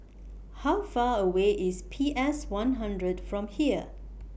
How Far away IS P S one hundred from here